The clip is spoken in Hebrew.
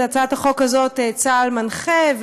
בהצעת החוק הזאת צה"ל מנחה,